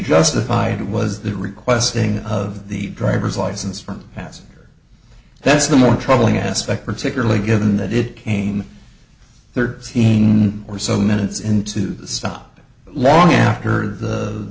justified it was the requesting of the driver's license from nasa that's the more troubling aspect particularly given that it came thirteen or so minutes into the stop long after the